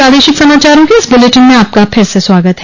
प्रादेशिक समाचारों के इस बुलेटिन में आपका फिर से स्वागत है